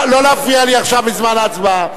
לא להפריע לי עכשיו, בזמן ההצבעה.